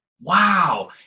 Wow